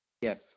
Yes